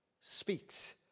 speaks